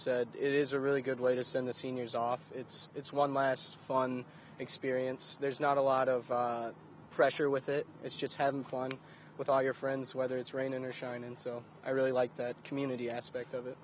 said it is a really good way to send the seniors off it's it's one last fun experience there's not a lot of pressure with it it's just having fun with all your friends whether it's raining or shine and so i really like that community aspect of it